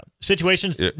Situations